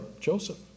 Joseph